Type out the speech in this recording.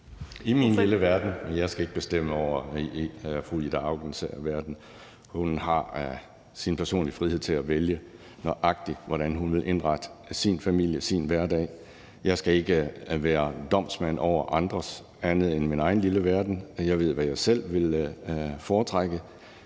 i min lille verden. Men jeg skal ikke bestemme over fru Ida Aukens verden. Fru Ida Auken har sin personlige frihed til at vælge, nøjagtig hvordan hun vil indrette sin familie og sin hverdag. Jeg skal ikke være domsmand over andet end min egen lille verden. Jeg ved, hvad jeg selv ville foretrække,